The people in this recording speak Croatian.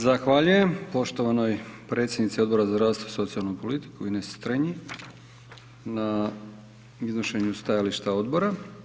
Zahvaljujem poštovanoj predsjednici Odbora za zdravstvo i socijalnu politiku Ines Strenji, na iznošenju stajališta odbora.